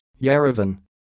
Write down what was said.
Yerevan